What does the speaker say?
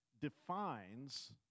defines